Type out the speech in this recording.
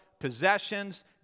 Possessions